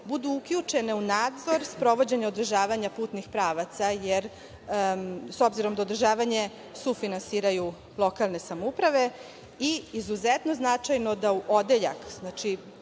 budu uključene u nadzor sprovođenja i održavanja putnih pravaca, jer s obzirom da održavanje sufinansiraju lokalne samouprave. Izuzetno značajno, odeljak, znači,